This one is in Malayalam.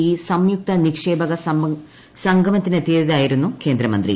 ഇ സംയുക്ത നിക്ഷേപക സംഗമത്തിനെത്തിയതായിരുന്നു കേന്ദ്രമന്ത്രി